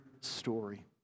story